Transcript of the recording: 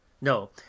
No